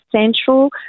central